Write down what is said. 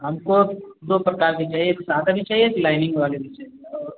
हमको दो प्रकार की चाहिए एक सादा भी चाहिए एक लाइनिंग वाली भी चाहिए और